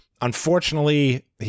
Unfortunately